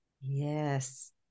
Yes